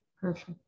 Perfect